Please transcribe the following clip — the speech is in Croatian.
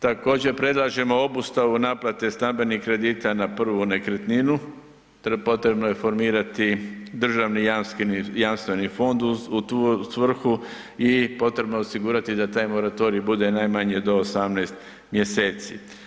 Također predlažemo obustavu naplate stambenih kredita na prvu nekretninu, potrebno je formirati državni jamstveni fond u tu svrhu i potrebno je osigurati da taj moratorij bude najmanje do 18. mjeseci.